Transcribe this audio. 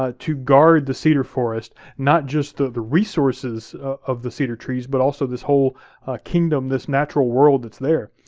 ah to guard the cedar forest, not just ah the resources of the cedar trees, but also this whole kingdom, this natural world that's there.